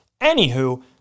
Anywho